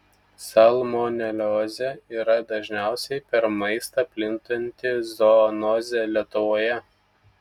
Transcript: salmoneliozė yra dažniausia per maistą plintanti zoonozė lietuvoje